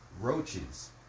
roaches